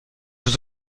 vous